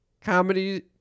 Comedy